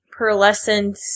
pearlescent